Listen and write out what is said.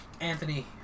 Anthony